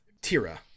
tira